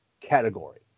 category